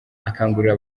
akangurira